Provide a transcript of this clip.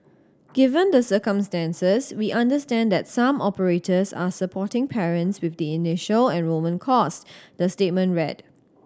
given the circumstances we understand that some operators are supporting parents with the initial enrolment cost the statement read